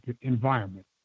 environment